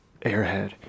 airhead